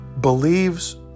believes